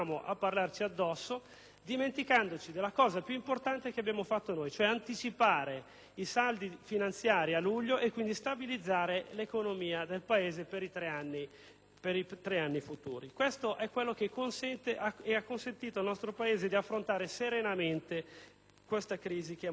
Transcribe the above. dimenticando quello che di più importante abbiamo fatto: anticipare i saldi finanziari a luglio e, quindi, stabilizzare l'economia del Paese per i tre anni futuri. Questo è quello che consente ed ha consentito al nostro Paese di affrontare serenamente questa crisi che è montata nel tempo.